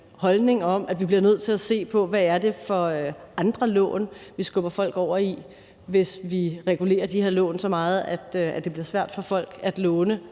holdning om, at vi bliver nødt til at se på, hvad det er for nogle andre lån, vi skubber folk over i, hvis vi regulerer de her lån så meget, at det bliver svært for folk at låne